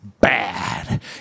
Bad